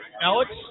Alex